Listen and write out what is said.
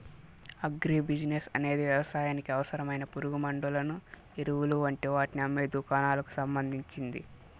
agri business అనేది వ్యవసాయానికి అవసరమైన పురుగుమండులను, ఎరువులు వంటి వాటిని అమ్మే దుకాణాలకు సంబంధించింది